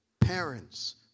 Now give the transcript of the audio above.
parents